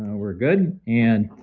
we're good, and